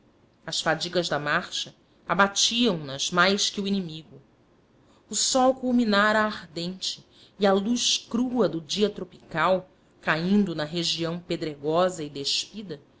as fadigas da marcha abatiam nas mais que o inimigo o sol culminara ardente e a luz crua do dia tropical caindo na região pedregosa e despida